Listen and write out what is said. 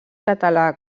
català